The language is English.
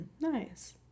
Nice